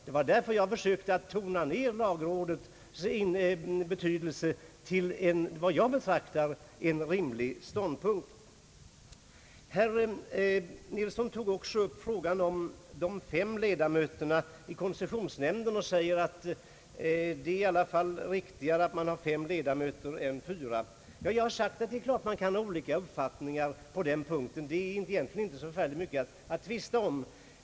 Det var därför jag försökte att tona ner lagrådets betydelse till en som jag betraktar rimlig nivå. Herr Nilsson tog också upp frågan om antalet ledamöter i koncessionsnämnden och sade att det i alla fall är riktigare att ha fem ledamöter i denna än fyra. Det är klart att man kan ha olika uppfattningar på den punkten, och det är egentligen inte så mycket att tvista om.